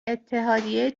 اتحادیه